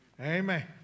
Amen